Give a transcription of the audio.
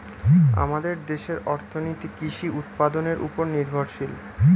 আমাদের দেশের অর্থনীতি কৃষি উৎপাদনের উপর নির্ভরশীল